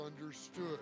understood